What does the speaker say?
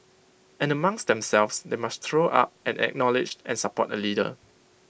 and amongst themselves they must throw up and acknowledge and support A leader